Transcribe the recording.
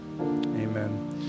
Amen